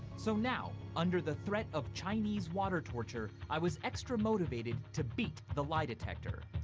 so now, under the threat of chinese water torture, i was extra motivated to beat the lie detector.